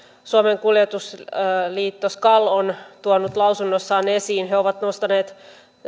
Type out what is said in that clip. suomen kuljetusliitto skal on tuonut lausunnossaan esiin he ovat nostaneet